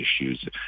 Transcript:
issues